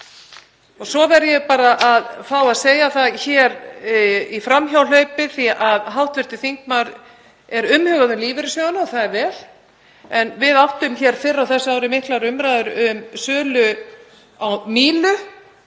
Svo verð ég bara að fá að segja það hér í framhjáhlaupi, af því að hv. þingmanni er umhugað um lífeyrissjóðina og það er vel, að við áttum hér fyrr á þessu ári miklar umræður um sölu á Mílu